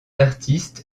artiste